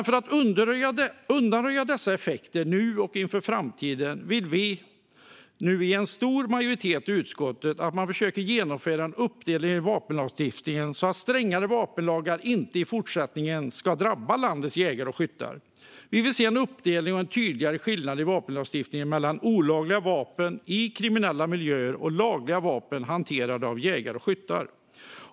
För att undanröja dessa effekter nu och inför framtiden vill en stor majoritet i utskottet att man försöker genomföra en uppdelning i vapenlagstiftningen så att strängare vapenlagar i fortsättningen inte ska drabba landets jägare och skyttar. Vi vill se en uppdelning och tydligare skillnad i vapenlagstiftningen mellan olagliga vapen i kriminella miljöer och lagliga vapen hanterade av jägare och skyttar.